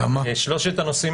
שלושת הנושאים